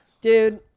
dude